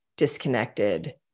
disconnected